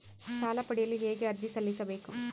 ಸಾಲ ಪಡೆಯಲು ಹೇಗೆ ಅರ್ಜಿ ಸಲ್ಲಿಸಬೇಕು?